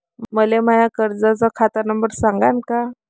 मले माया कर्जाचा खात नंबर सांगान का?